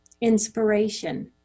inspiration